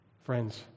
Friends